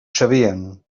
sabien